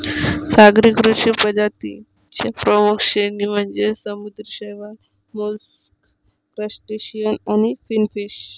सागरी कृषी प्रजातीं च्या प्रमुख श्रेणी म्हणजे समुद्री शैवाल, मोलस्क, क्रस्टेशियन आणि फिनफिश